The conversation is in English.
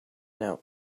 now